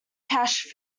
cache